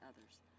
others